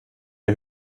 dir